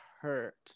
hurt